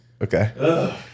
Okay